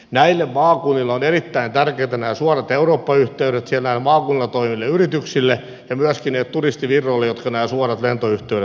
näille maakunnille ovat erittäin tärkeitä nämä suorat eurooppa yhteydet niissä maakunnissa toimiville yrityksille ja myöskin niille turistivirroille jotka nämä suorat lentoyhteydet mahdollistavat